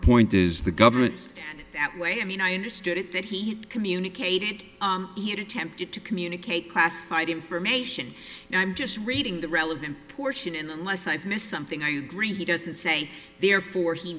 point is the government's that way i mean i understood it that he communicated he had attempted to communicate classified information and i'm just reading the relevant portion and unless i've missed something i agree he doesn't say therefore he